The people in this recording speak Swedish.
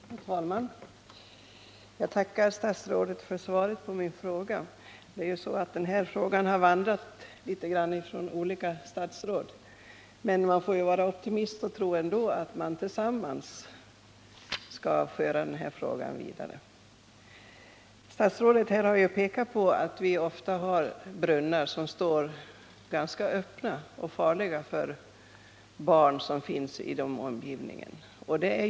Herr talman! Jag tackar statsrådet för svaret på min fråga. Den har vandrat litet grand mellan olika statsråd. Men man får ju vara optimist och ändå tro att vi tillsammans skall kunna nå resultat. Statsrådet har pekat på att det ofta förekommer att brunnar står ganska öppna, vilket är farligt för barnen i omgivningen.